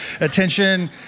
attention